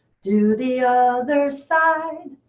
do the other side.